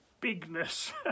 bigness